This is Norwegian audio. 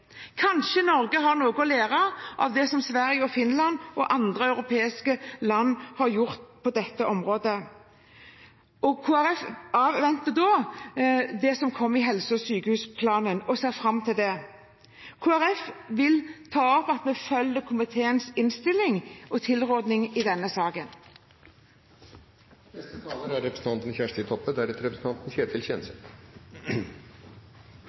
Kanskje Norge har noe å lære av det som Sverige, Finland og andre europeiske land har gjort på dette området. Kristelig Folkeparti avventer det som kommer i helse- og sykehusplanen, og ser fram til det. Kristelig Folkeparti følger komiteens tilråding i denne saken. Innleiingsvis vil eg ha ein kommentar til kven som skal bestemma legespesialitetar i Noreg, for det er